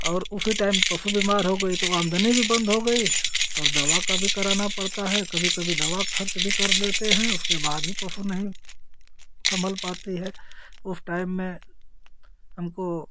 और उसी टाइम पशु बीमार हो गई तो आमदनी भी बंद हो गई और दवा का भी कराना पड़ता है कभी कभी दवा खर्च भी कर लेते हैं उसके बाद भी पशु नहीं संभल पाती है उस टाइम में हमको